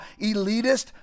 elitist